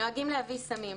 נוהגים להביא סמים,